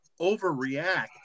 overreact